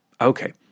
Okay